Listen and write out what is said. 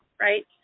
right